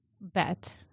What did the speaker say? bet –